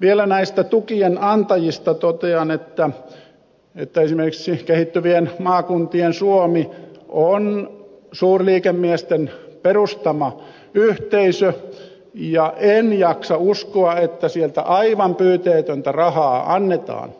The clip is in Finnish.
vielä näistä tukien antajista totean että esimerkiksi kehittyvien maakuntien suomi on suurliikemiesten perustama yhteisö ja en jaksa uskoa että sieltä aivan pyyteetöntä rahaa annetaan